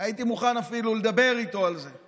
הייתי מוכן אפילו לדבר איתו על זה.